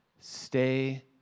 Stay